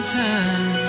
time